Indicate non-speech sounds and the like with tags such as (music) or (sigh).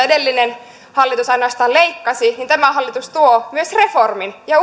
(unintelligible) edellinen hallitus ainoastaan leikkasi tämä hallitus tuo myös reformin ja (unintelligible)